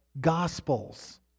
gospels